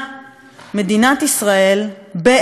מדינת ישראל בארץ-ישראל,